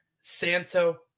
Santo